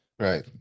right